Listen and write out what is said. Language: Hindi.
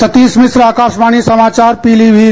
सतीश मिश्र अकाशवाणी समाचार पीलीभीत